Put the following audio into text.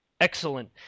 Excellent